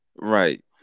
right